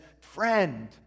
Friend